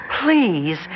Please